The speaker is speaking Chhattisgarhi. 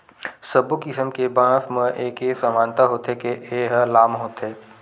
सब्बो किसम के बांस म एके समानता होथे के ए ह लाम होथे